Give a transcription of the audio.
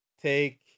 take